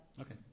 Okay